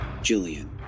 Jillian